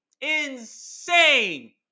Insane